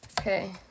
Okay